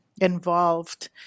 involved